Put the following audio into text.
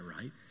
right